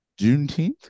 Juneteenth